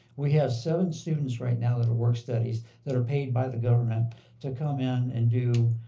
we have seven students right now that are work-studies that are paid by the government to come in and do